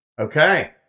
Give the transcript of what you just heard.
okay